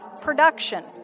production